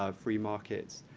ah free markets,